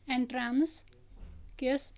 entrance کِس